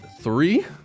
three